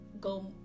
go